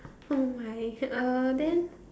oh my uh then